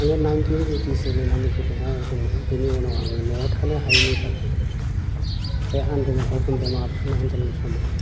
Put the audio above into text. आङो नाइनटिन ओइथिसेभेनाव matric final होदोंमोन बेनि उनाव आङो न'वाव थानो हायैनि थाखाय बे आन्दलन उपेन ब्रह्म आबसुनि आन्दलन समाव